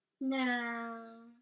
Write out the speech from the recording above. No